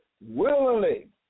willingly